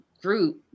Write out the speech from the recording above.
group